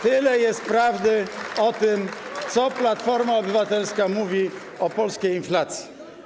Tyle jest prawdy w tym, co Platforma Obywatelska mówi o polskiej inflacji.